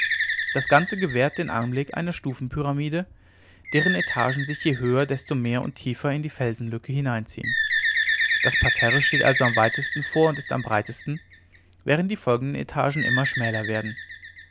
das ganze gewährt den anblick einer stufenpyramide deren etagen sich je höher desto mehr und tiefer in die felsenlücke hineinziehen das parterre steht also am weitesten vor und ist am breitesten während die folgenden etagen immer schmäler werden